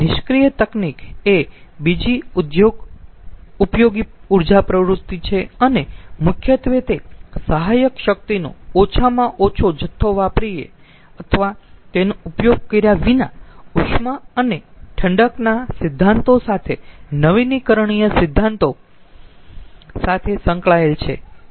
નિષ્ક્રીય તકનીકએ બીજી ઉપયોગી ઊર્જા પ્રવૃત્તિ છે અને મુખ્યત્વે તે સહાયક શક્તિનો ઓછામાં ઓછો જથ્થો વાપરીને અથવા તેનો ઉપયોગ કર્યા વિના ઉષ્મા અને ઠંડકના સિધ્ધાંતો સાથે નવીનીકરણીય સિદ્ધાંતો સાથે સંકળાયેલ છે